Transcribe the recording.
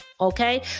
Okay